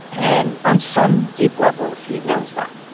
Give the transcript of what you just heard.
and on some deep level, he knows that.